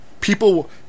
people